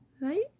right